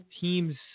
teams